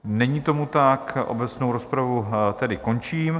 Není tomu tak, obecnou rozpravu tedy končím.